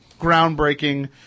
groundbreaking